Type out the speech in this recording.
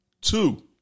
Two